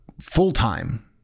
full-time